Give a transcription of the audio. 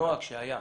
נוהג שהיה,